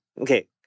Okay